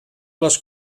les